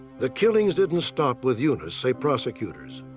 the killings didn't stop with eunice, say prosecutors.